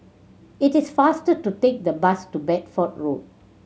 it is faster to take the bus to Bedford Road